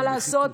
מה לעשות,